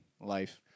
life